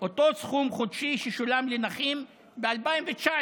אותו סכום חודשי ששולם לנכים ב-2019.